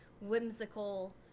whimsical